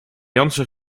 jansen